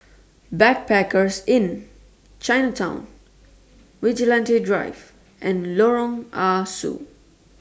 Backpackers Inn Chinatown Vigilante Drive and Lorong Ah Soo